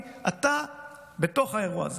אתה בתוך האירוע הזה.